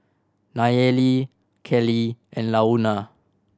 Nayeli Kellee and Launa